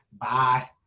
Bye